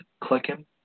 clicking